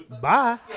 bye